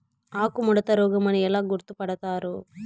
ఆకుముడత రోగం అని ఎలా గుర్తుపడతారు?